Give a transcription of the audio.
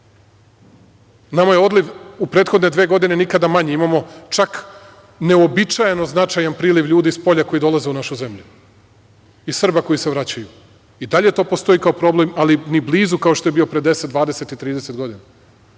Nama je odliv u prethodne godine nikada manji, imamo čak neuobičajeno značajan priliv ljudi spolja koji dolaze u našu zemlju i Srba koji se vraćaju i dalje to postoji kao problem, ali ni blizu kao što je bio pre 10, 20 i 30 godina.